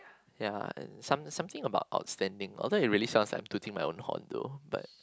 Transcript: ya some something about outstanding although it really sounds like I'm tooting my own horn though but